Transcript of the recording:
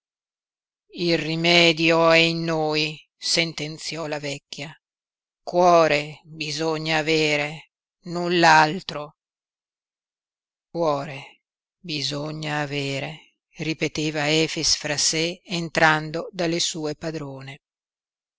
il rimedio è in noi sentenziò la vecchia cuore bisogna avere null'altro cuore bisogna avere ripeteva efix fra sé entrando dalle sue padrone